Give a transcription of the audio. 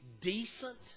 decent